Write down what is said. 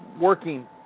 working